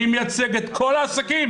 אני מייצג את כל העסקים,